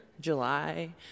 July